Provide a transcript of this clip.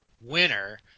winner